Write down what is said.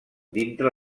dintre